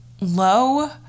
low